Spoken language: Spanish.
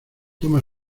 toma